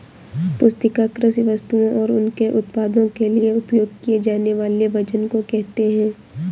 पुस्तिका कृषि वस्तुओं और उनके उत्पादों के लिए उपयोग किए जानेवाले वजन को कहेते है